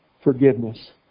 forgiveness